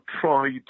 tried